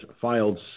filed